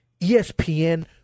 ESPN